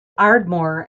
ardmore